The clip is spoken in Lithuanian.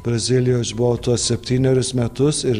brazilijoj aš buvau tuos septynerius metus ir